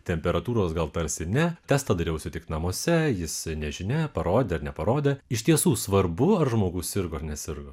temperatūros gal per seni testą dariau sutikti namuose jis nežinia parodė ar neparodo iš tiesų svarbu ar žmogus sirgo nesergu